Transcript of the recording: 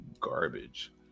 garbage